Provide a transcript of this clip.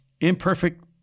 imperfect